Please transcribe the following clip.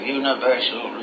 universal